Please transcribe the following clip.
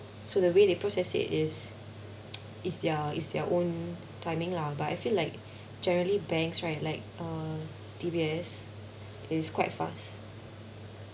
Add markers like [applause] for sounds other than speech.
so the way they process it is [noise] is their is their own timing lah but I feel like generally banks right like uh D_B_S is quite fast